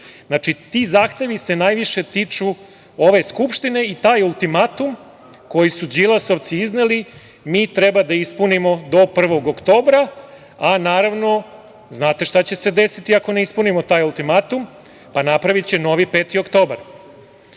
ti zahtevi se najviše tiču ove Skupštine i taj ultimatum koji su Đilasovci izneli mi treba da ispunimo do 1. oktobra, a znate šta će se desiti ako ne ispunimo taj ultimatum? Napraviće novi 5. oktobar. Dakle,